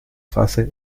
fase